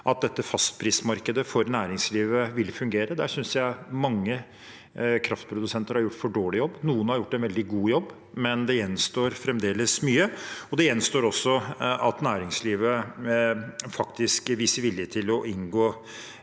at dette fastprismarkedet for næringslivet vil fungere. Der synes jeg mange kraftprodusenter har gjort en for dårlig jobb. Noen har gjort en veldig god jobb, men det gjenstår fremdeles mye, og det gjenstår også at næringslivet faktisk viser vilje til å inngå